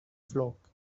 flock